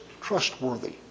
trustworthy